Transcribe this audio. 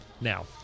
now